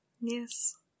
Yes